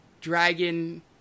dragon